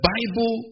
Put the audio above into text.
Bible